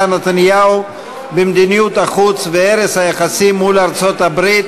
נתניהו במדיניות החוץ והרס היחסים מול ארצות-הברית